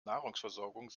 nahrungsversorgung